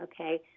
Okay